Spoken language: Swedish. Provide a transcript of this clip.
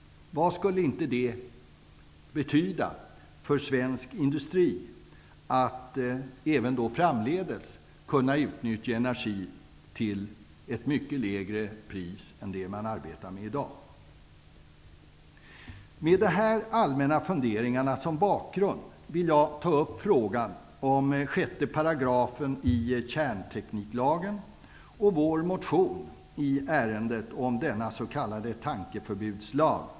Vad skulle inte det betyda för svensk industri, att även framdeles kunna utnyttja energi till ett mycket lägre pris än det man arbetar med i dag? Med de här allmänna funderingarna som bakgrund vill jag ta upp frågan om 6 § i kärntekniklagen - och vår motion i ärendet om denna s.k. tankeförbudslag.